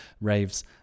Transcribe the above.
raves